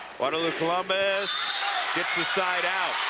guadalupe columbus gets the side out